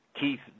Keith